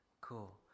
cool